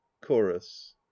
chorus